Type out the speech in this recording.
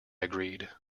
agreed